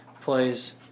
Plays